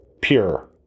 Pure